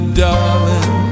darling